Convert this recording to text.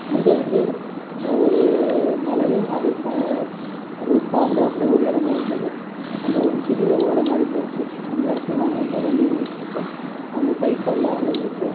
அங்கே வந்து ஒரு மலையும் அதை சா அது சார்ந்தாப்படி ஒரு இடமும் இருந்தது அங்கே ஒரு சிறிய ஓடை மாதிரி போச்சு அந்த இடத்துல நாங்கள் வந்து வண்டியை நிறுத்திட்டு அங்கே கைகால்லெலாம் அலம்பிவிட்டு